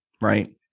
right